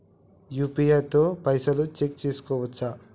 UPI తో పైసల్ check చేసుకోవచ్చా?